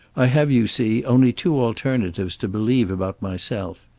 i have, you see, only two alternatives to believe about myself.